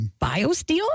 Biosteel